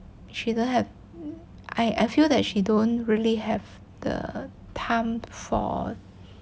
shouldn't have I I feel that she don't really have the time for